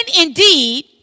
indeed